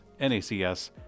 NACS